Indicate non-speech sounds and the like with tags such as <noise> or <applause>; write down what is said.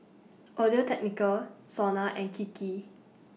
<noise> Audio Technica Sona and Kiki